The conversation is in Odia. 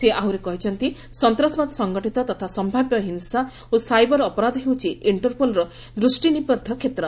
ସେ ଆହୁରି କହିଛନ୍ତି ସନ୍ତାସବାଦ ସଙ୍ଘଠିତ ତଥା ସମ୍ଭାବ୍ୟ ହିଂସା ଓ ସାଇବର ଅପରାଧ ହେଉଛି ଇଣ୍ଟରପୋଲ୍ର ଦୃଷ୍ଟିନିବଦ୍ଧ କ୍ଷେତ୍ର